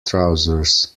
trousers